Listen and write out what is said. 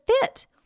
fit